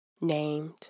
named